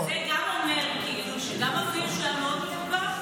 אז זה גם אומר כאילו, שלמרות שהוא היה מאוד מבוגר,